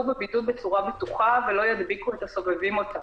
בבידוד בצורה בטוחה ולא ידביקו את הסובבים אותם.